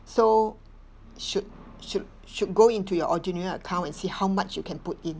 so should should should go into your ordinary account and see how much you can put in